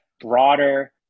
broader